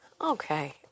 Okay